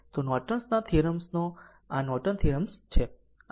તો નોર્ટન ના થીયરમ્સ આ નોર્ટન ના થીયરમ્સ છે